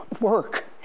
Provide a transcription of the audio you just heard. Work